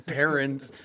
parents